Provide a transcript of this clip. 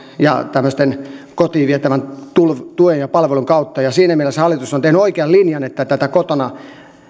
ja tämmöisen kotiin vietävän tuen ja palvelun kautta siinä mielessä hallitus on tehnyt oikean linjan että tätä kotona